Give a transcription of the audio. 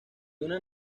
una